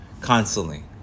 constantly